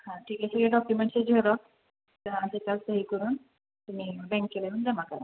हां ठीक आहे हे डॉक्युमेंट्सची झेरॉक्स त्या त्याच्यावर सही करून तुम्ही बँकेत येऊन जमा करा